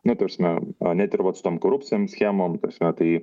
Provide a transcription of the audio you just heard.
na ta prasme net ir vat su tom korupcinėm schemom ta prasme tai